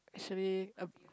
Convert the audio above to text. actually um